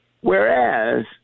Whereas